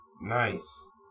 Nice